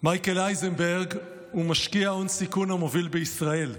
מייקל אייזנברג הוא משקיע הון סיכון המוביל בישראל,